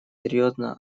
серьезно